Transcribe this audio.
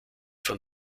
von